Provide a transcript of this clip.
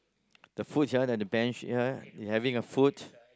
the food here and the bench here they having a foot